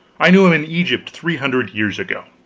i knew him in egypt three hundred years ago